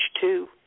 two